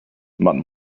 man